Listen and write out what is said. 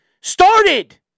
started